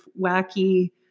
wacky